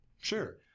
Sure